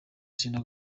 selena